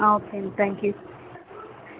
okay అండి thank you